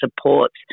supports